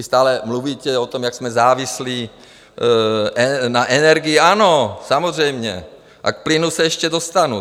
Vy stále mluvíte o tom, jak jsme závislí na energiích ano, samozřejmě a k plynu se ještě dostanu.